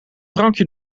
drankje